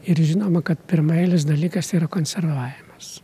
ir žinoma kad pirmaeilis dalykas tai yra konservavimas